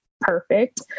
perfect